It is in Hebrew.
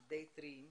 הם די טריים כאן.